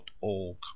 org